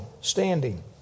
standing